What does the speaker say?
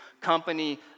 company